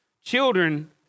children